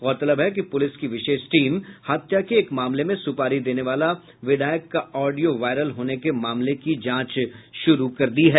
गौरतलब है कि पुलिस की विशेष टीम हत्या के एक मामले में सुपारी देने वाला विधायक का ऑडियो वायरल होने के मामले की जांच कर रही है